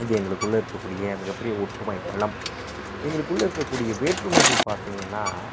இது எங்களுக்குள்ளே இருக்கக் கூடிய மிக பெரிய ஒற்றுமை பலம் எங்களுக்குள்ளே இருக்கக்கூடிய வேற்றுமைகள் பார்த்திங்கன்னா